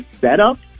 setup